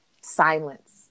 silence